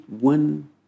one